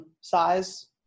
size